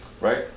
right